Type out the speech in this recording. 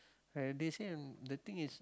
ah they say the thing is